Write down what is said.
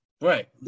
Right